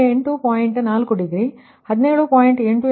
4 degree 17